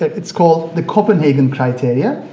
it's called the copenhagen criteria.